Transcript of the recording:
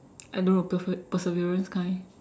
I don't know perse~ perseverance kind